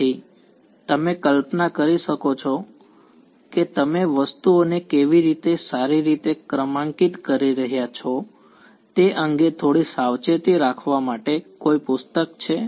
તેથી તમે કલ્પના કરી શકો છો કે તમે વસ્તુઓને કેવી રીતે સારી રીતે ક્રમાંકિત કરી રહ્યાં છો તે અંગે થોડી સાવચેતી રાખવા માટે કોઈ પુસ્તક છે